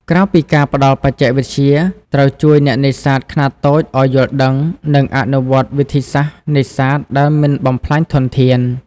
ក្រៅពីការផ្តល់បច្ចេកវិទ្យា ត្រូវជួយអ្នកនេសាទខ្នាតតូចឲ្យយល់ដឹង និងអនុវត្តន៍វិធីសាស្ត្រនេសាទដែលមិនបំផ្លាញធនធាន។